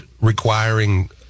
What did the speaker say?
requiring